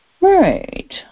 Right